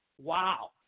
wow